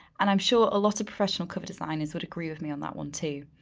and i'm sure a lot of professional cover designers would agree with me on that one too.